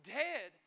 dead